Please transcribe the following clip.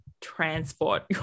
transport